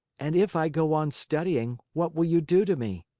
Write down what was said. and if i go on studying, what will you do to me?